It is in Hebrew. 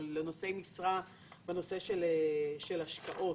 או לנושאי משרה בנושא של השקעות?